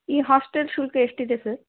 ಈ ಹಾಸ್ಟೆಲ್ ಶುಲ್ಕ ಎಷ್ಟಿದೆ ಸರ್